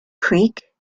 creek